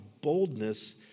boldness